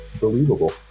Believable